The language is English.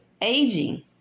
Aging